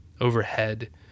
Overhead